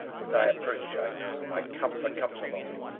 with thy approch i know, my comfort comes along